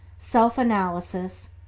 self analysis,